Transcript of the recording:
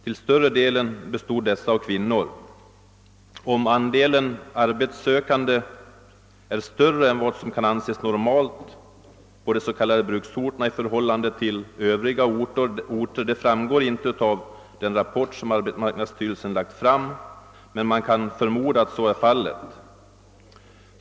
Till större delen bestod dessa av kvinnor. Om andelen arbetssökande är större i detta fall än vad som kan anses normalt på de s.k. bruksorterna framgår ej av rapporten, men man kan förmoda att så är fallet.